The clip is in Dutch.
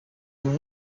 een